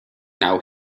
now